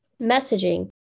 messaging